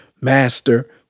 master